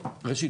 ראשית,